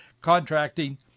contracting